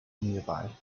nearby